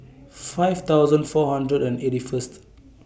five thousand four hundred and eighty First